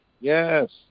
Yes